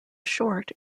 short